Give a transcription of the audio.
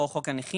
או לפי חוק הנכים.